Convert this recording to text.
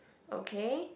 okay